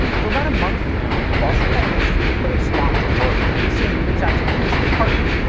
for about a month now, boston dynamics has been putting spot to work, leasing units out to industry partners,